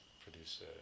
produce